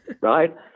right